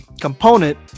component